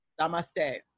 Namaste